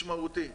משמעותי.